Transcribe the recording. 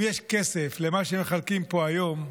אם יש כסף למה שמחלקים פה היום,